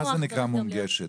מה זה נקרא מונגשת?